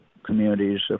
Communities